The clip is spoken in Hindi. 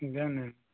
उज्जैन में